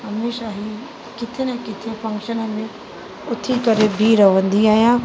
हमेशह ही किथे न किथे फंक्शननि में उथी करे बीह रहंदी आहियां